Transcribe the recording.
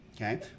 Okay